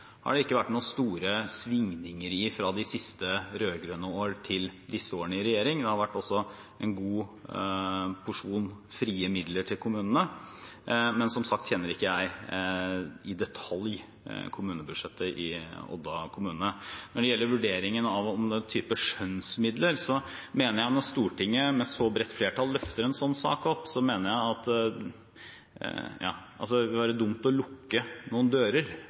ikke vært noen store svingninger fra de siste rød-grønne år til årene med denne regjeringen. Det har også vært en god porsjon frie midler til kommunene, men som sagt kjenner jeg ikke i detalj kommunebudsjettet i Odda. Når det gjelder vurderingen av en type skjønnsmidler, mener jeg at når Stortinget med så bredt flertall løfter en sånn sak, vil det være dumt å lukke noen dører på det nåværende tidspunkt. For Odda kommune har det vore ein kamp i mange år for å